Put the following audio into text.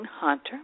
Hunter